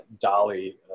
dolly